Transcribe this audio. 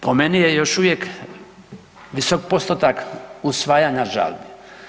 Po meni je još uvijek visok postotak usvajanja žalbi.